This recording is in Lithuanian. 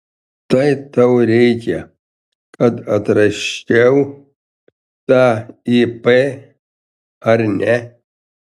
tai tau reikia kad atrasčiau tą ip ar ne